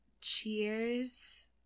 Cheers